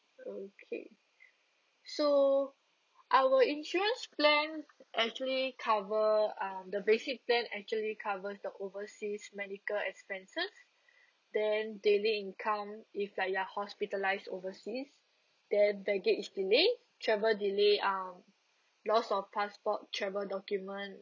okay so our insurance plan actually cover um the basic plan actually covers the overseas medical expenses then daily income if like you're hospitalised overseas then baggage delay travel delay um loss of passport travel document